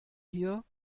hier